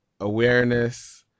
awareness